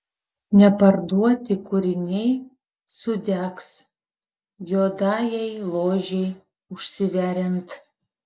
neparduoti kūriniai sudegs juodajai ložei užsiveriant